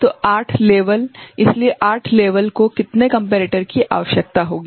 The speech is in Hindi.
तो 8 स्तर इसलिए 8 स्तरों को कितने कम्पेरेटर की आवश्यकता होगी